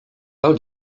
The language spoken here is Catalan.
del